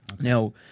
Now